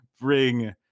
bring